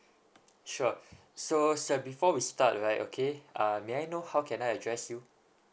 sure so sir before we start right okay uh may I know how can I address you